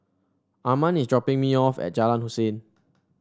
Arman is dropping me off at Jalan Hussein